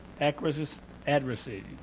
adversity